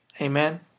Amen